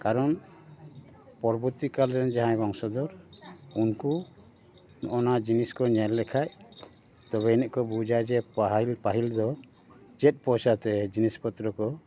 ᱠᱟᱨᱚᱱ ᱯᱚᱨᱚᱵᱚᱛᱤ ᱠᱟᱞᱨᱮᱱ ᱡᱟᱦᱟᱸᱭ ᱵᱚᱝᱥᱚᱫᱷᱚᱨ ᱩᱱᱠᱩ ᱱᱚᱜᱼᱱᱟ ᱡᱤᱱᱤᱥ ᱠᱚ ᱧᱮᱞ ᱞᱮᱠᱷᱟᱡ ᱛᱚᱵᱮᱭᱟᱹᱱᱤᱡ ᱠᱚ ᱵᱩᱡᱟ ᱡᱮ ᱯᱟᱹᱦᱤᱞ ᱫᱚ ᱪᱮᱫ ᱯᱚᱭᱥᱟ ᱛᱮ ᱡᱤᱥ ᱯᱚᱛᱨᱚ ᱠᱚ